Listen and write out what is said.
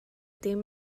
dim